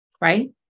right